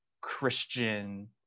Christian